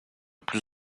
plus